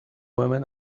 woman